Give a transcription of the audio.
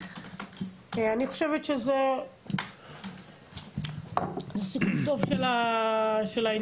אני חושבת שזה סיכום טוב של העניין.